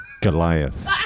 Goliath